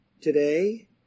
today